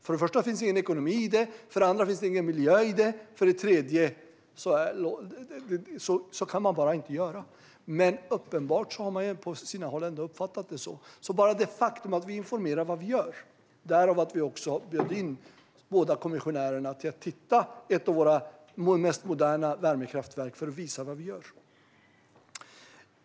För det första finns det ingen ekonomi i det. För det andra finns det ingen miljötanke i det. För det tredje kan man bara inte göra så. Men uppenbarligen har man på sina håll ändå uppfattat det så, så vi måste informera om vad vi gör. Därför bjöd vi också in båda kommissionärerna att titta på ett av våra mest moderna värmekraftverk - för att visa vad vi gör.